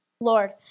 Lord